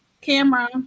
camera